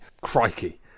Crikey